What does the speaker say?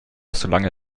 solange